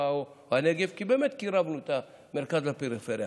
או הנגב כי באמת כי קירבנו את המרכז לפריפריה,